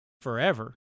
forever